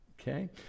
Okay